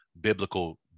biblical